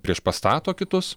priešpastato kitus